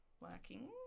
working